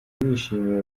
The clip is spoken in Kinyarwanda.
wishimiwe